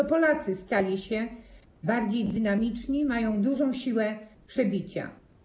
To Polacy stali się bardziej dynamiczni, mają dużą siłę przebicia.